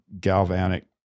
galvanic